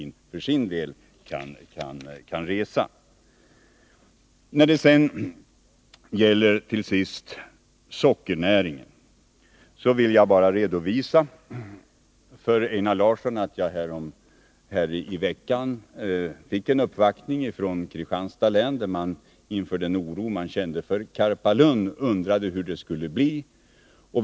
När det gäller sockernäringen vill jag bara redovisa för Einar Larsson, att jag i veckan fick en uppvaktning från Kristianstads län, där man på grund av den oro man kände för Karpalund undrade hur det skulle bli.